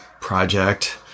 project